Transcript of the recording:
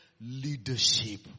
leadership